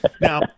Now